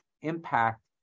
impact